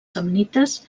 samnites